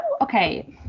Okay